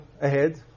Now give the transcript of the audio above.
ahead